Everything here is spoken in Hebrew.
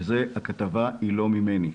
הכתבה לא ממני,